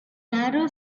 narrow